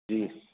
جی